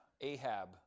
Ahab